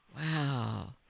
Wow